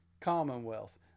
commonwealth